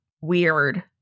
weird